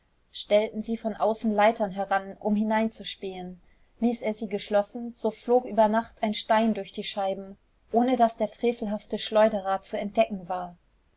stellten sie von außen leitern an um hineinzuspähen ließ er sie geschlossen so flog über nacht ein stein durch die scheiben ohne daß der frevelhafte schleuderer zu entdecken war